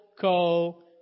co